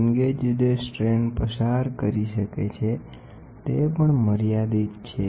strain gauge જે strain પસાર કરી શકે છે તે પણ મર્યાદિત છે